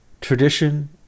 tradition